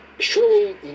surely